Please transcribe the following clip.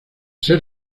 ser